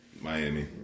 Miami